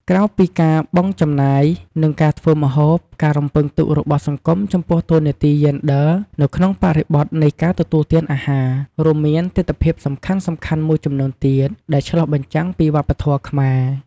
ក្រៅពីការបង់ចំណាយ និងការធ្វើម្ហូប ការរំពឹងទុករបស់សង្គមចំពោះតួនាទីយេនឌ័រនៅក្នុងបរិបទនៃការទទួលទានអាហារ រួមមានទិដ្ឋភាពសំខាន់ៗមួយចំនួនទៀត ដែលឆ្លុះបញ្ចាំងពីវប្បធម៌ខ្មែរ។